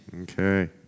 Okay